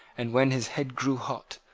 and, when his head grew hot,